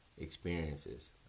experiences